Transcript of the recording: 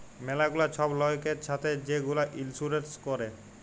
ম্যালা গুলা ছব লয়কের ছাথে যে গুলা ইলসুরেল্স ক্যরে